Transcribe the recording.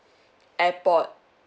airport